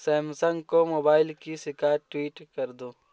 Samsung को mobile की शिकायत ट्वीट कर दो